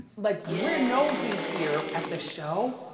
like we're nosy here at the show,